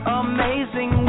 amazing